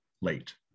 late